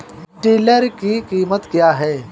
Tiller की कीमत क्या है?